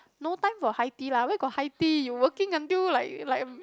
no time for high tea lah where got high tea working until like like